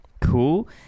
Cool